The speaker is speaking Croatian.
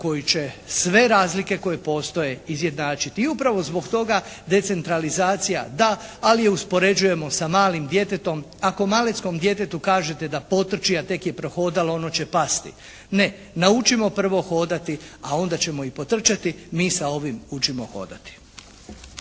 koji će sve razlike koje postoje izjednačiti i upravo zbog toga decentralizacija da, ali je uspoređujemo sa malim djetetom. Ako maleckom djetetu kažete da potrči, a tek je prohodalo, ono će pasti. Ne, naučimo prvo hodati, a onda ćemo i potrčati. Mi sa ovim učimo hodati.